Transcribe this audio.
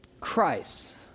Christ